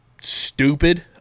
Stupid